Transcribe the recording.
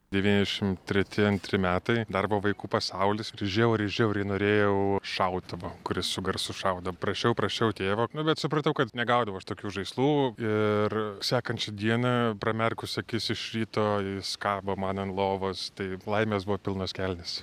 devyniasdešim treti antri metai dar buvo vaikų pasaulis ir žiauriai žiauriai norėjau šautuvo kuris su garsu šaudo prašiau prašiau tėvo bet supratau kad negaudavau aš tokių žaislų ir sekančią dieną pramerkus akis iš ryto jis kabo man ant lovos tai laimės buvo pilnos kelnės